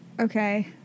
Okay